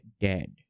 dead